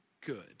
good